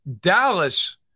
Dallas